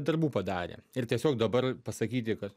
darbų padarė ir tiesiog dabar pasakyti kad